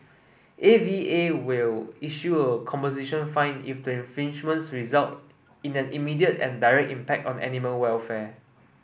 A V A will issue a composition fine if the infringements result in an immediate and direct impact on animal welfare